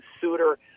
suitor